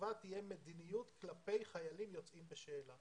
שלצבא תהיה מדיניות כלפי חיילים יוצאים בשאלה